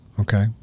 Okay